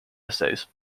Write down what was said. essays